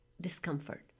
discomfort